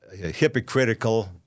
hypocritical